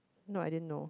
no I didn't know